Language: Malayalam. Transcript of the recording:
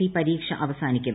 സി പരീക്ഷ അവസാനിക്കും